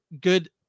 good